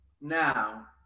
Now